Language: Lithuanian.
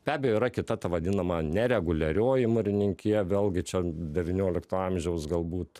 be abejo yra kita ta vadinama nereguliarioji mūrininkija vėlgi čia devyniolikto amžiaus galbūt